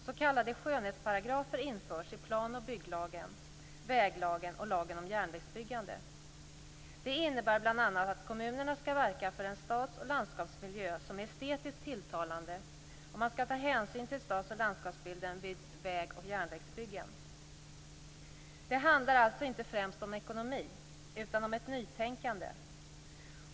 S.k. skönhetsparagrafer införs i plan och bygglagen, väglagen och lagen om järnvägsbyggande. Det innebär bl.a. att kommunerna skall verka för en stads och landskapsmiljö som är estetiskt tilltalande och att man skall ta hänsyn till stads och landskapsbilden vid väg och järnvägsbyggen. Det handlar alltså inte främst om ekonomi utan om ett nytänkande.